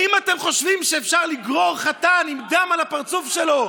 האם אתם חושבים שאפשר לגרור חתן עם דם על הפרצוף שלו,